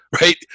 right